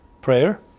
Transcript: prayer